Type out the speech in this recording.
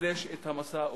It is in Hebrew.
לחדש את המשא-ומתן.